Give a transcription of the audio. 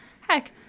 heck